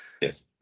yes